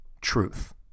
Truth